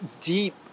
deep